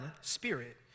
spirit